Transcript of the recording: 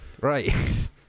Right